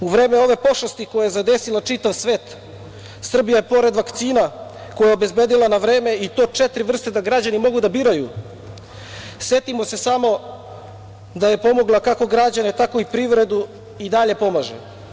U vreme ove pošasti koja zadesila čitav svet, Srbija je pored vakcina, koje je obezbedila na vreme, i to četiri vrste da građani mogu da biraju, setimo se samo da je pomogla kako građane, tako i privredu i dalje pomaže.